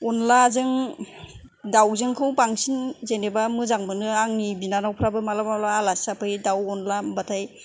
अनद्लाजों दाउजोंखौ बांसिन जेनेबा मोजां मोनो आंनि बिनानावफ्राबो मालाबा मालाबा आलासि जाफैयो दाउ अनद्ला होनबाथाय